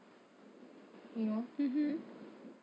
you know